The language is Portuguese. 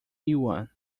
yuan